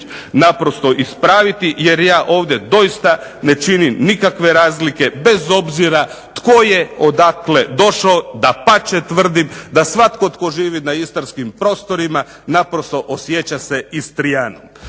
naprosto ispraviti, jer ja ovdje doista ne činim nikakve razlike bez obzira tko je odakle došao. Dapače, tvrdim da svatko tko živi na istarskim prostorima naprosto osjeća se Istrijanom.